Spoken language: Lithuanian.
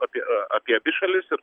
apie apie abi šalis ir